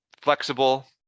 flexible